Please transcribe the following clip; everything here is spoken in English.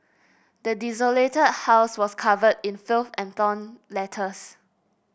the desolated house was covered in filth and torn letters